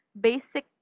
basic